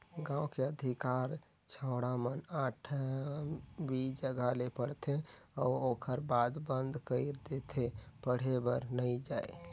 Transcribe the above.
गांव के अधिकार छौड़ा मन आठवी जघा ले पढ़थे अउ ओखर बाद बंद कइर देथे पढ़े बर नइ जायें